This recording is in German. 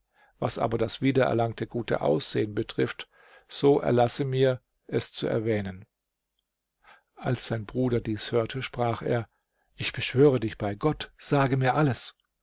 was aber das wiedererlangte gute aussehen betrifft so erlasse mir es zu erwähnen als sein bruder dies hörte sprach er ich beschwöre dich bei gott sage mir alles